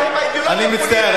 אני מצטער,